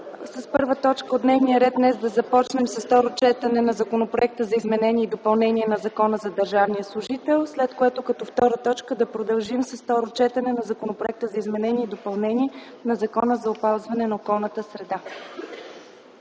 – първа точка от дневния ред да бъде Второ четене на Законопроекта за изменение и допълнение на Закона за държавния служител, след което като втора точка да продължим със Законопроекта за изменение и допълнение на Закона за опазване на околната среда.